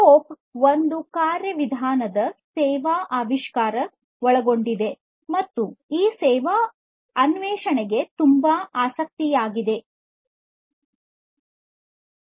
co-op ಒಂದು ಕಾರ್ಯವಿಧಾನದ ಸೇವಾ ಆವಿಷ್ಕಾರ ಒಳಗೊಂಡಿದೆ ಮತ್ತು ಈ ಸೇವಾ ಕೋಆಪ್ ಅನ್ವೇಷಣೆಗೆ ತುಂಬಾ ಆಸಕ್ತಿದಾಯಕವಾಗಿದೆ